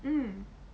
mm